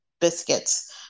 biscuits